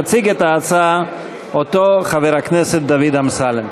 יציג את ההצעה חבר הכנסת דוד אמסלם.